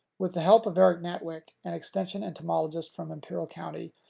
with the help of eric natwick, an extension entomologist from imperial county,